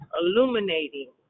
illuminating